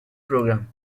program